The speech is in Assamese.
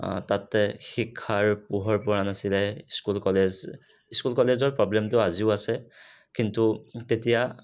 তাতে শিক্ষাৰ পোহৰপৰা নাছিলে স্কুল কলেজ স্কুল কলেজৰ প্ৰব্লেমটো আজিও আছে কিন্তু তেতিয়া